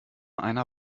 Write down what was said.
einer